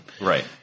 Right